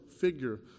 figure